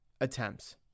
attempts